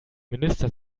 minister